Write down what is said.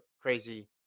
crazy